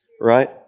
right